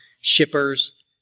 shippers